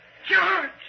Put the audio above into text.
George